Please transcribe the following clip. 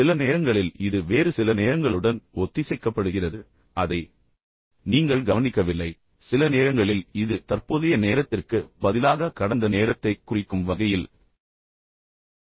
சில நேரங்களில் இது வேறு சில நேரங்களுடன் ஒத்திசைக்கப்படுகிறது அதை நீங்கள் கவனிக்கவில்லை சில நேரங்களில் இது தற்போதைய நேரத்திற்கு பதிலாக கடந்த நேரத்தைக் குறிக்கும் வகையில் செய்யப்படுகிறது